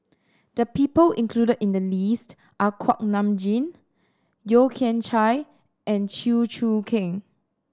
the people included in the list are Kuak Nam Jin Yeo Kian Chai and Chew Choo Keng